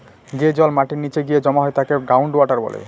যে জল মাটির নীচে গিয়ে জমা হয় তাকে গ্রাউন্ড ওয়াটার বলে